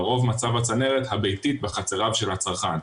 לרוב מצב הצנרת הביתית בחצריו של הצרכן.